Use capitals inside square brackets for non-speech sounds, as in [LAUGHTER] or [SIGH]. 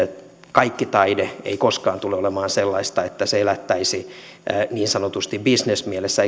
kaikki taide ei koskaan tule olemaan eikä sen pidäkään olla sellaista että se elättäisi niin sanotusti bisnesmielessä [UNINTELLIGIBLE]